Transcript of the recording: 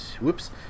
whoops